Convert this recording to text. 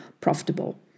profitable